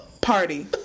Party